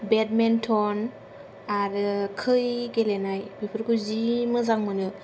badminton आरो खै गेलेनाय बेफोरखौ जि मोजां मोनो